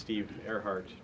steve earhart